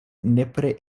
nepre